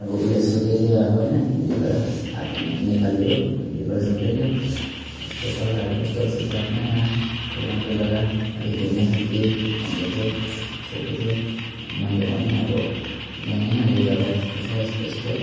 अब उसले सोध्दै थियो अब होइन हिन्दीबाट अब म त नेपाली हो हिन्दीबाट सोध्दै थियो त्यो जग्गाहरू कस्तो कस्तो छ कहाँ कहाँ त्यो राम्रो जग्गा अलिक घुम्ने खालके यस्तो भन्दै थियो सोध्दै थियो मैले भनेँ अब यहाँ यहाँ यो जग्गा यस्तो छ यस्तो यस्तो